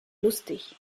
lustig